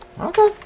Okay